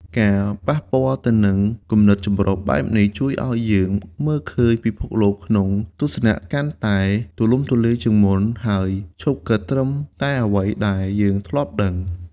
ការប៉ះពាល់ទៅនឹងគំនិតចម្រុះបែបនេះ ជួយយើងឱ្យ មើលឃើញពិភពលោកក្នុងទស្សនៈកាន់តែទូលំទូលាយ ជាងមុន ហើយឈប់គិតត្រឹមតែអ្វីដែលយើងធ្លាប់ដឹង។